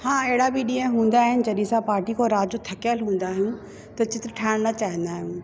हा अहिड़ा बि ॾींहं हूंदा आहिनि जॾहिं असां पाटी खां राति जो थकियलु हूंदा आहियूं त चित्र ठाहिणु न चाहींदा आहियूं